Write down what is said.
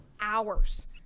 hours